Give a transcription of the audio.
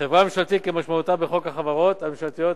חברה ממשלתית כמשמעותה בחוק החברות הממשלתיות,